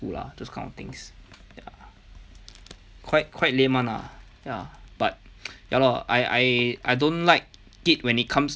school lah those kind of things ya quite quite lame [one] lah ya but ya lor I I I don't like it when it comes